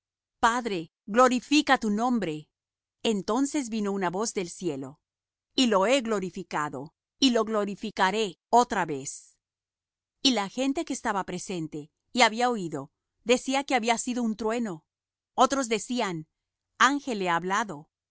padre glorifica tu nombre entonces vino una voz del cielo y lo he glorificado y lo glorificaré otra vez y la gente que estaba presente y había oído decía que había sido trueno otros decían angel le ha hablado